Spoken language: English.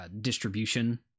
distribution